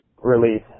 release